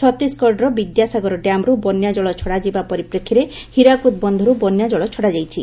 ଛତିଶଗଡ଼ର ବିଦ୍ୟାସାଗର ଡ୍ୟାମ୍ରୁ ବନ୍ୟାଜଳ ଛଡ଼ାଯିବା ପରିପ୍ରେକ୍ଷୀରେ ହୀରାକୁଦ ବନ୍ଧରୁ ବନ୍ୟାଜଳ ଛଡ଼ାଯାଇଛି